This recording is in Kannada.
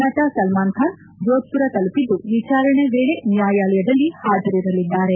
ನಟ ಸಲ್ಸಾನ್ ಖಾನ್ ಜೋಧ್ ಪುರ ತಲುಪಿದ್ದು ವಿಚಾರಣೆ ವೇಳೆ ನ್ಲಾಯಾಲಯದಲ್ಲಿ ಹಾಜರಿರಲಿದ್ದಾರೆ